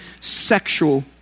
sexual